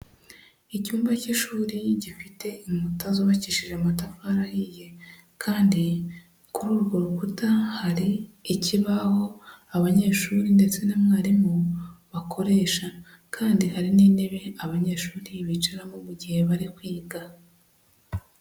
Icyumba cy'ishuri gifite inkuta zubakishije amatafari ahiye kandi kuri urwo rukuta hari ikibaho abanyeshuri ndetse n'umwarimu bakoresha kandi hari n'intebe abanyeshuri bicaramo mu gihe bari kwiga.